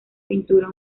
pintura